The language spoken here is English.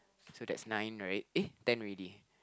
so that's nine right eh ten already